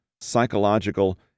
psychological